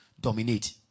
dominate